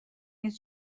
نیز